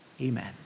Amen